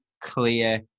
clear